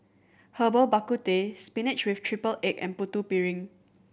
Herbal Bak Ku Teh spinach with triple egg and Putu Piring